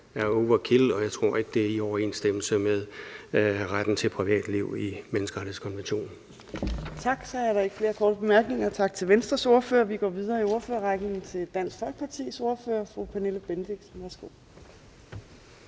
er overkill, og jeg tror ikke, det er i overensstemmelse med retten til privatliv i menneskerettighedskonventionen. Kl. 17:34 Fjerde næstformand (Trine Torp): Tak. Så er der ikke flere korte bemærkninger. Så siger vi tak til Venstres ordfører, og vi går videre i ordførerrækken til Dansk Folkepartis ordfører, fru Pernille Bendixen. Værsgo.